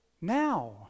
now